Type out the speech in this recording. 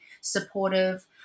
supportive